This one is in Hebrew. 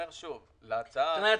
זאת אומרת,